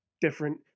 different